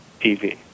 TV